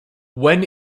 when